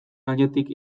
gainetik